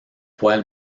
poil